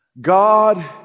God